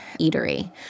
eatery